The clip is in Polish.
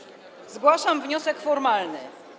Zgłaszam wniosek formalny.